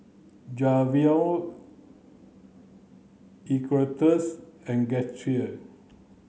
Erastus and Guthrie